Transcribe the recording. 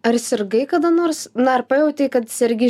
ar sirgai kada nors na ar pajautei kad sergi